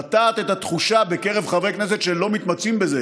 לטעת את התחושה בקרב חברי כנסת שלא מתמצאים בזה